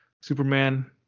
Superman